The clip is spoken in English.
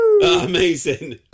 amazing